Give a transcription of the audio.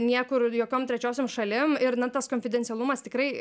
niekur jokiom trečiosiom šalim ir na tas konfidencialumas tikrai